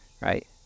right